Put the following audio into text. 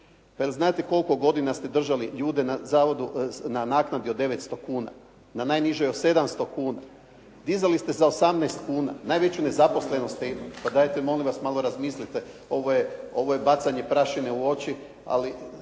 znate koliko godina ste držali ljude naknadi od 900 kuna, na najnižoj od 700 kuna. Dizali ste za 18 kuna, najveću nezaposlenost ste imali. Pa dajte molim vas malo razmislite. Ovo je bacanje prašine u oči. Ali